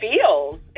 feels